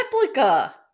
replica